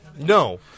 No